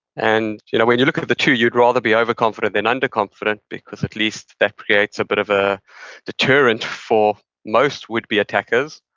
and you know when you look at at the two, you'd rather be overconfident than underconfident because at least that creates a bit of a deterrent for most would be attackers,